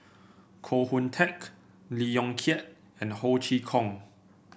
Koh Hoon Teck Lee Yong Kiat and Ho Chee Kong